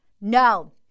No